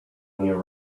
new